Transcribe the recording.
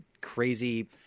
crazy